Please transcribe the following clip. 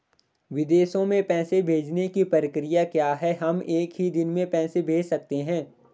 विदेशों में पैसे भेजने की प्रक्रिया क्या है हम एक ही दिन में पैसे भेज सकते हैं?